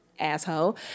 Asshole